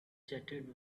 jetted